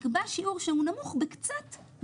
נגיד שמאז 2016,